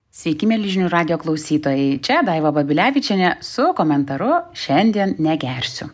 sveiki mieli žinių radijo klausytojai čia daiva babilevičienė su komentaru šiandien negersiu